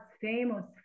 famous